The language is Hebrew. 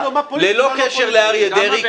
ללא קשר לאריה דרעי,